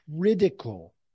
critical